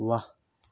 वाह